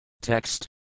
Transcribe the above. Text